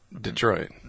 Detroit